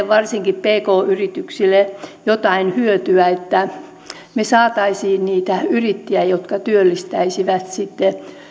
varsinkin näille pk yrityksille jotain hyötyä että me saisimme niitä yrittäjiä jotka työllistäisivät sitten